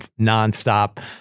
nonstop